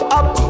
up